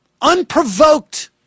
unprovoked